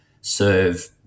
serve